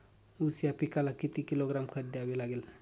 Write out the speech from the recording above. ऊस या पिकाला किती किलोग्रॅम खत द्यावे लागेल?